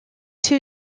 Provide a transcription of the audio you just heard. two